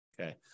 Okay